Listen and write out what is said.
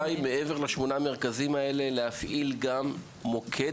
היה נכון אולי מעבר לשמונה המרכזים האלה להפעיל גם מוקד